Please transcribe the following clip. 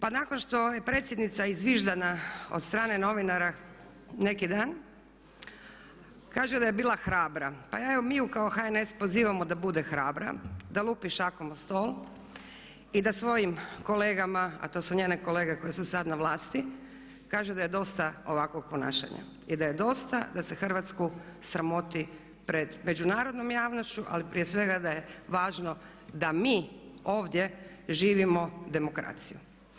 Pa nakon što je predsjednica izviždana od strane novinara neki dan kaže da je bila hrabra, pa evo mi je kao HNS pozivamo da bude hrabra, da lupi šakom o stol i da svojim kolegama a to su njeni kolege koji su sad na vlasti kaže da je dosta ovakvog ponašanja i da je dosta da se Hrvatsku sramoti pred međunarodnom javnošću ali prije svega da je važno da mi ovdje živimo demokraciju.